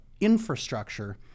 infrastructure